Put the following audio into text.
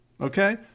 Okay